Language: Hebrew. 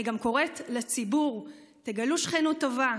אני קוראת גם לציבור: תגלו שכנות טובה,